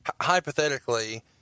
Hypothetically